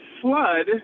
flood